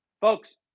Folks